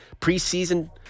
preseason